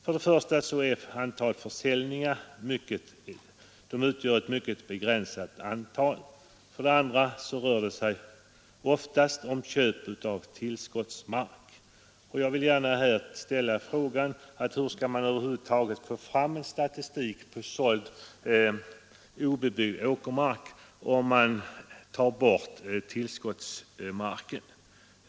För det första är antalet försäljningar mycket begränsat, och för det andra rör det sig oftast om köp av tillskottsmark. Jag ställer frågan: Kan man över huvud taget få fram en statistik på såld obebyggd åkermark om man tar bort tillskottsmarken?